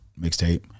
mixtape